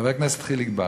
חבר הכנסת חיליק בר,